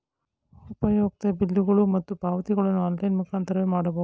ಉಪಯುಕ್ತತೆ ಬಿಲ್ಲುಗಳು ಮತ್ತು ಪಾವತಿಗಳನ್ನು ಆನ್ಲೈನ್ ಮುಖಾಂತರವೇ ಮಾಡಬಹುದೇ?